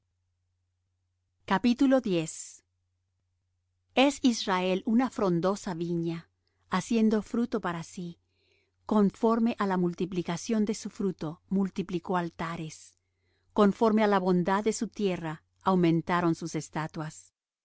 las gentes es israel una frondosa viña haciendo fruto para sí conforme á la multiplicación de su fruto multiplicó altares conforme á la bondad de su tierra aumentaron sus estatuas